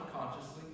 unconsciously